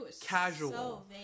casual